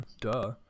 Duh